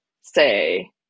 say